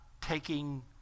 taking